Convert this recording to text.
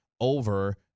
over